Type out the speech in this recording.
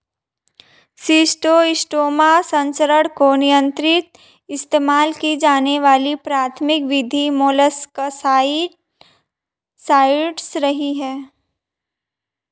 schistosoma संचरण को नियंत्रित इस्तेमाल की जाने वाली प्राथमिक विधि मोलस्कसाइड्स रही है